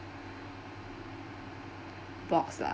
box lah